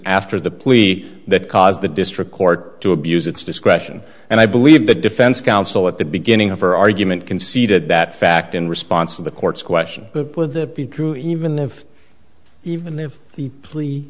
after the plea that caused the district court to abuse its discretion and i believe the defense counsel at the beginning of her argument conceded that fact in response to the court's question with the be true even if even if the plea